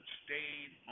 stayed